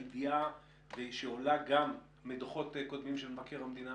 הידיעה שעולה גם מדוחות קודמים של מבקר המדינה,